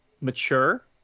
mature